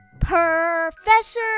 Professor